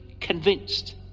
convinced